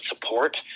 support